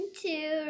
two